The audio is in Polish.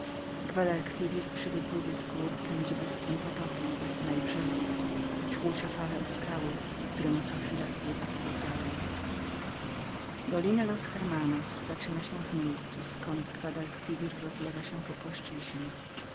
przy wypływie z gór pędzi bystrym potokiem bez dna i brzegów i tłucze fale o skały które mu co chwila w biegu zawadzają dolina los hermanos zaczyna się w miejscu zkąd guadalquiwir rozlewa się po płaszczyznie